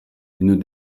une